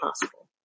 possible